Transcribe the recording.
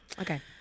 Okay